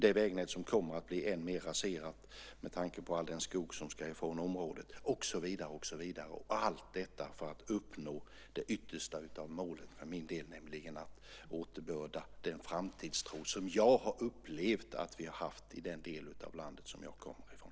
Det vägnätet kommer att bli än mer raserat med tanke på all den skog som ska tas från området. Allt detta måste ske för att uppnå det yttersta av målen, nämligen att återbörda den framtidstro som jag har upplevt att vi har haft i den delen av landet som jag kommer från.